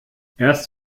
erst